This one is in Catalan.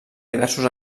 diversos